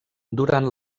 durant